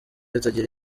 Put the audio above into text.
atagira